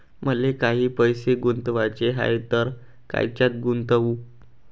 मले काही पैसे गुंतवाचे हाय तर कायच्यात गुंतवू?